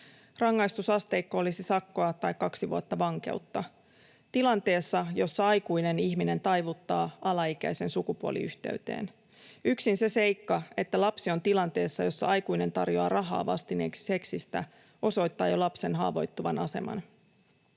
Rangaistusasteikko olisi sakkoa tai kaksi vuotta vankeutta tilanteessa, jossa aikuinen ihminen taivuttaa alaikäisen sukupuoliyhteyteen. Yksin se seikka, että lapsi on tilanteessa, jossa aikuinen tarjoaa rahaa vastineeksi seksistä, osoittaa jo lapsen haavoittuvan aseman.